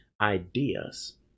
ideas